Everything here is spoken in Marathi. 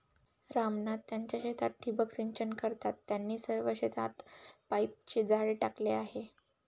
राम नाथ त्यांच्या शेतात ठिबक सिंचन करतात, त्यांनी सर्व शेतात पाईपचे जाळे टाकले आहे